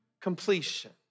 completion